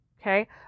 Okay